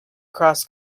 cross